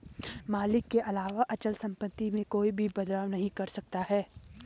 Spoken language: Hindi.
मालिक के अलावा अचल सम्पत्ति में कोई भी बदलाव नहीं कर सकता है